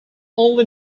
only